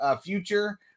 future